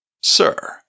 Sir